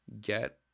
get